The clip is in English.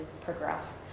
progressed